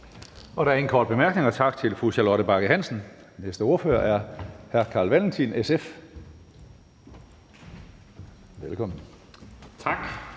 Der er ingen korte bemærkninger. Tak til fru Charlotte Bagge Hansen. Den næste ordfører er hr. Carl Valentin, SF. Velkommen. Kl.